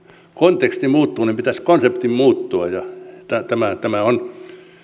konteksti muuttuu niin pitäisi konseptin muuttua ja tämä on